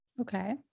Okay